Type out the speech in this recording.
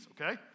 okay